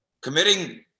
committing